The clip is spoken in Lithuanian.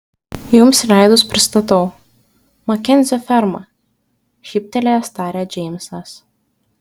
jums leidus pristatau makenzio ferma šyptelėjęs tarė džeimsas